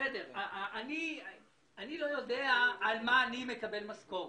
אני לא יודע על מה אני מקבל משכורת.